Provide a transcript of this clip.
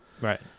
Right